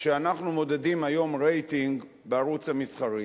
שאנחנו מודדים היום רייטינג בערוץ המסחרי,